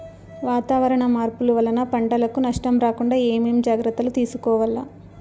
వాతావరణ మార్పులు వలన పంటలకు నష్టం రాకుండా ఏమేం జాగ్రత్తలు తీసుకోవల్ల?